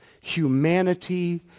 humanity